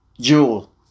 jewel